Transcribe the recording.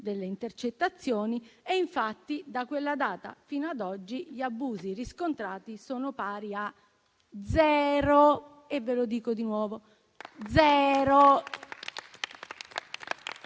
delle intercettazioni. Infatti, da quella data fino ad oggi gli abusi riscontrati sono pari a zero, e lo sottolineo.